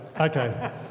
Okay